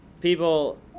People